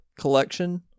collection